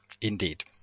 Indeed